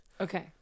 Okay